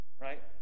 right